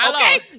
Okay